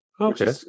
Okay